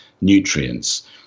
nutrients